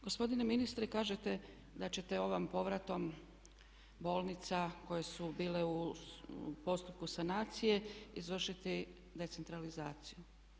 Gospodine ministre kažete da ćete ovim povratom bolnica koje su bile u postupku sanacije izvršiti decentralizaciju.